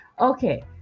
okay